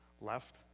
left